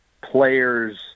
players